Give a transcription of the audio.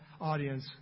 audience